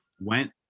Went